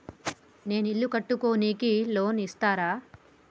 నేను ఇల్లు కట్టుకోనికి లోన్ ఇస్తరా?